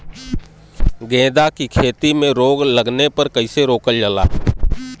गेंदा की खेती में रोग लगने पर कैसे रोकल जाला?